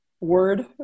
word